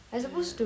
ya